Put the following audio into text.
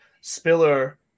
Spiller